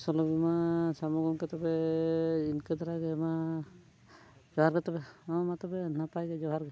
ᱯᱷᱚᱥᱚᱞ ᱵᱤᱢᱟ ᱥᱟᱢᱚ ᱜᱚᱢᱠᱮ ᱛᱚᱵᱮ ᱤᱱᱠᱟᱹ ᱫᱷᱟᱨᱟᱜᱮ ᱢᱟ ᱡᱚᱦᱟᱨ ᱜᱮ ᱛᱚᱵᱮ ᱦᱚᱸ ᱢᱟ ᱛᱚᱵᱮ ᱱᱟᱯᱟᱭ ᱜᱮ ᱡᱚᱦᱟᱨ ᱜᱮ